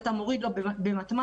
אתה מוריד לו במתמטיקה.